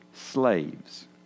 slaves